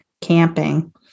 camping